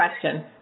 question